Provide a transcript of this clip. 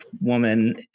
woman